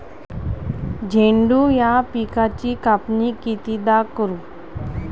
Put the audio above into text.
झेंडू या पिकाची कापनी कितीदा करू?